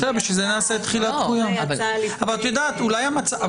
חבר'ה, צריך גם להחליט מתי הדרישה התקציבית היא